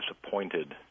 disappointed